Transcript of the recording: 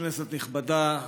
כנסת נכבדה,